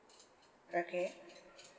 okay